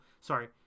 sorry